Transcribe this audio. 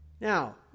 Now